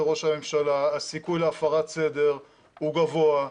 ראש הממשלה הסיכוי להפרת סדר הוא גבוה,